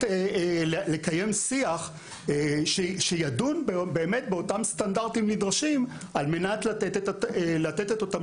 לקיים שיח שידון באותם סטנדרטים נדרשים על מנת לתת את אותם